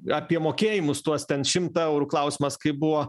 apie mokėjimus tuos ten šimtą eurų klausimas kaip buvo